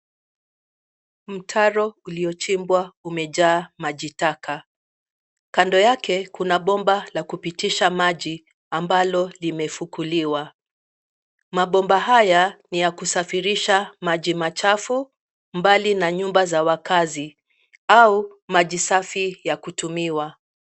Mtaro uliochimbwa umejaa maji taka. Kando yake kuna bomba la kupitisha maji ambalo limefukuliwa .Mabomba haya ni ya kusafirisha maji machafu mbali na nyumba za wakazi au maji safi ya kutumiwa.